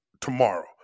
tomorrow